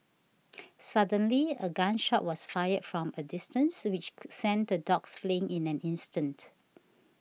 suddenly a gun shot was fired from a distance which sent the dogs fleeing in an instant